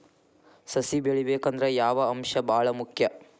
ಸಸಿ ಬೆಳಿಬೇಕಂದ್ರ ಯಾವ ಅಂಶ ಭಾಳ ಮುಖ್ಯ?